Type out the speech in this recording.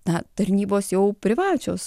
na tarnybos jau privačios